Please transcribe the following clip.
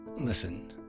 Listen